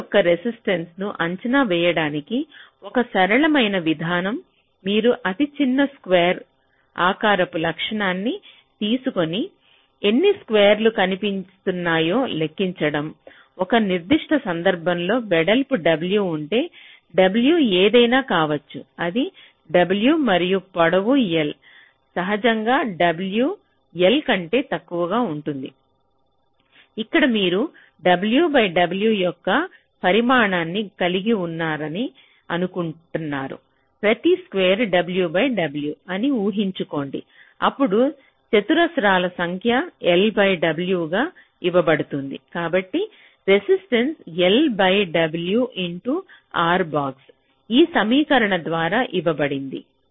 wire యొక్క resistance ను అంచనా వేయడానికి ఒక సరళమైన విధానం మీరు అతిచిన్న స్క్వేర్ ఆకారపు లక్షణాన్ని తీసుకొని ఎన్ని స్క్వేర్ లు కనిపిస్తున్నాయో లెక్కించండి ఒక నిర్దిష్ట సందర్భంలో వెడల్పు w ఉంటే w ఏదైనా కావచ్చు ఇది w మరియు పొడవు l సహజంగా w l కంటే తక్కువగా ఉంటుంది ఇక్కడ మీరు w బై w యొక్క పరిమాణాన్ని కలిగి ఉన్నారని అనుకుంటారు ప్రతి స్క్వేర్ w బై w అని ఊహించుకోండి అప్పుడు చతురస్రాల సంఖ్య lw గా ఇవ్వబడుతుంది కాబట్టి రెసిస్టెన్స Lw R⧠ ఈ సమీకరణం ద్వారా ఇవ్వబడింది